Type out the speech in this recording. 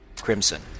crimson